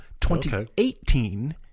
2018